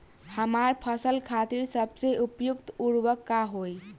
हमार फसल खातिर सबसे उपयुक्त उर्वरक का होई?